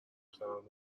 دخترا